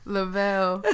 Lavelle